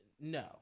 no